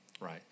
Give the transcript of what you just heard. right